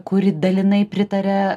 kuri dalinai pritaria